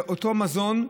אותו מזון,